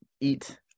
eat